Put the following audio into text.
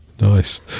Nice